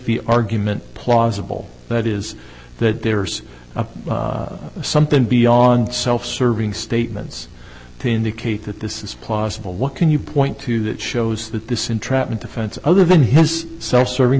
the argument plausible that is that there's something beyond self serving statements to indicate that this is plausible what can you point to that shows that this entrapment defense other than his self serving